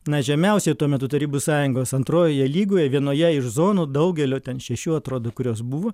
na žemiausioj tuo metu tarybų sąjungos antrojoje lygoje vienoje iš zonų daugelio ten šešių atrodo kurios buvo